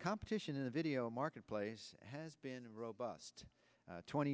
competition in the video marketplace has been a robust twenty